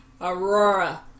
Aurora